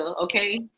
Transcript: Okay